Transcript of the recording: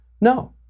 No